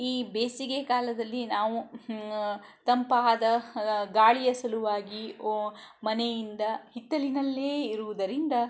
ಈ ಬೇಸಿಗೆ ಕಾಲದಲ್ಲಿ ನಾವು ತಂಪಾದ ಗಾಳಿಯ ಸಲುವಾಗಿ ಓ ಮನೆಯಿಂದ ಹಿತ್ತಲಿನಲ್ಲೇ ಇರುವುದರಿಂದ